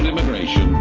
liberation